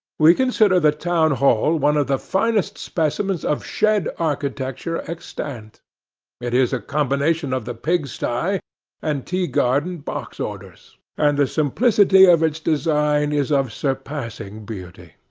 we consider the town-hall one of the finest specimens of shed architecture, extant it is a combination of the pig-sty and tea garden-box orders and the simplicity of its design is of surpassing beauty.